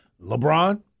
LeBron